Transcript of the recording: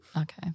Okay